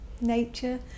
nature